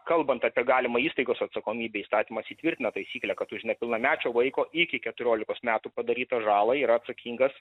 kalbant apie galimą įstaigos atsakomybę įstatymas įtvirtina taisyklę kad už nepilnamečio vaiko iki keturiolikos metų padarytą žalą yra atsakingas